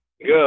Good